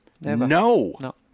No